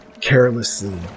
carelessly